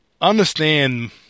understand